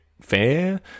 Fair